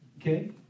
okay